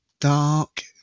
Dark